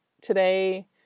today